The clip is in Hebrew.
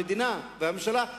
המדינה והממשלה,